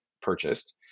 purchased